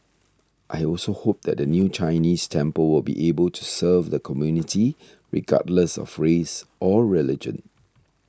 I also hope that the new Chinese temple will be able to serve the community regardless of race or religion